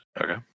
Okay